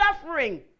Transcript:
suffering